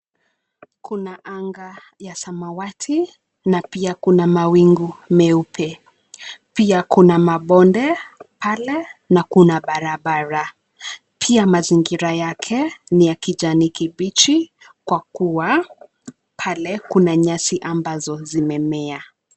Kuna anga ya samawati, na pia kuna mawingu meupe. Pia kuna mabonde pale na kuna barabara. Pia mazingira yake ni ya kijani kibichi kwa kuwa, pale kuna nyasi ambazo zimemea.